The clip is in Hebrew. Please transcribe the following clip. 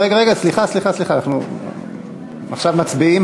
רגע, רגע, סליחה, סליחה, אנחנו עכשיו מצביעים.